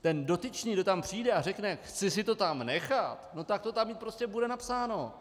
Ten dotyčný, kdo tam přijde a řekne chci si to tam nechat, tak to tam mít prostě bude napsáno.